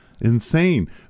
insane